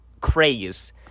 craze